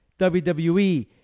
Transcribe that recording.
WWE